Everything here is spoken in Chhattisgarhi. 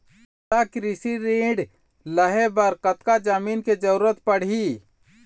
मोला कृषि ऋण लहे बर कतका जमीन के जरूरत पड़ही?